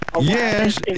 Yes